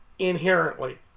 inherently